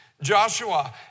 Joshua